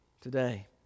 today